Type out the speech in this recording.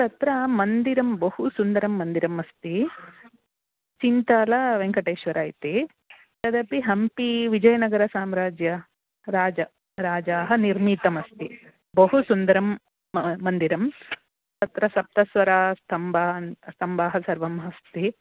तत्र मन्दिरं बहु सुन्दरं मन्दिरम् अस्ति चिन्ताल वेङ्कटेश्वरः इति तदपि हम्पि विजयनगरसाम्राज्यस्य राज्ञः राज्ञः निर्मितमस्ति बहु सुन्दरं मन्दिरं तत्र सप्तस्वरस्य स्तम्भाः स्तम्भाः सर्वम् अस्ति